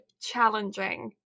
challenging